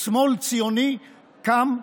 שמאל ציוני קם,